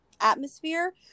atmosphere